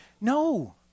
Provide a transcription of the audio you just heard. No